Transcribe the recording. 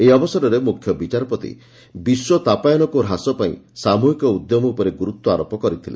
ଏହି ଅବସରରେ ମୁଖ୍ୟ ବିଚାରପତି ବିଶ୍ୱ ତାପାୟନକୁ ହ୍ରାସ ପାଇଁ ସାମୃହିକ ଉଦ୍ୟମ ଉପରେ ଗୁରୁତ୍ୱ ଆରୋପ କରିଥିଲେ